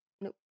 nope